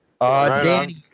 danny